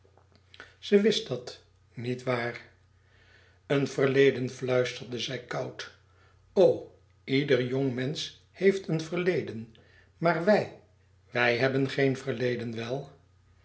ze wist dat nietwaar een verleden fluisterde zij koud o ieder jongmensch heeft een verleden maar wij wij hebben geen verleden wel